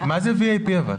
מה זה VIP אבל?